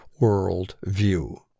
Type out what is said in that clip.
worldview